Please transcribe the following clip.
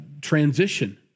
transition